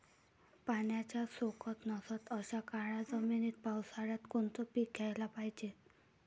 पाण्याचा सोकत नसन अशा काळ्या जमिनीत पावसाळ्यात कोनचं पीक घ्याले पायजे?